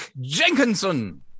jenkinson